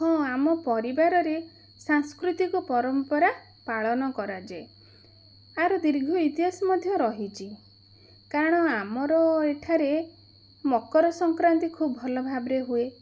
ହଁ ଆମ ପରିବାରରେ ସାଂସ୍କୃତିକ ପରମ୍ପରା ପାଳନ କରାଯାଏ ଆର ଦୀର୍ଘ ଇତିହାସ ମଧ୍ୟ ରହିଛି କାରଣ ଆମର ଏଠାରେ ମକର ସଂକ୍ରାନ୍ତି ଖୁବ୍ ଭଲ ଭାବରେ ହୁଏ